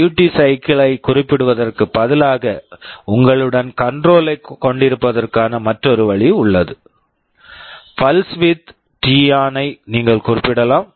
duty cycle duty cycle யைக் குறிப்பிடுவதற்குப் பதிலாக உங்களுடன் கண்ட்ரோல் control ஐக் கொண்டிருப்பதற்கான மற்றொரு வழி உள்ளது pulse width pulse width T on t on ஐ நீங்கள் குறிப்பிடலாம்